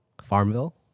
farmville